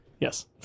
Yes